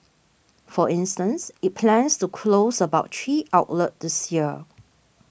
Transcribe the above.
for instance it plans to close about three outlets this year